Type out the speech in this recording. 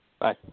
Bye